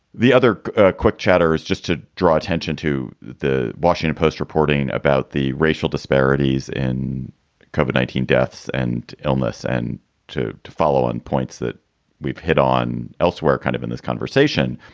the other quick chatter is just to draw attention to the washington post reporting about the racial disparities in kobe, nineteen deaths and illness and to to follow on points that we've hit on elsewhere kind of in this conversation.